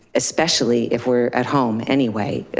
especially if we're at home anyway.